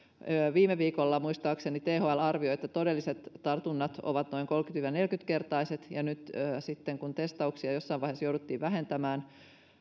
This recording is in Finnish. viime viikolla muistaakseni thl arvioi että todelliset tartunnat ovat noin kolmekymmentä viiva neljäkymmentä kertaiset ja nyt sitten kun testauksia jossain vaiheessa jouduttiin vähentämään